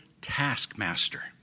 taskmaster